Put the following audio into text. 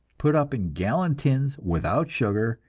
put up in gallon tins without sugar,